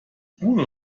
bruno